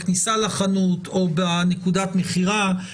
בכניסה לחנות או בנקודת המכירה,